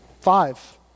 five